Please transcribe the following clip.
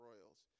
royals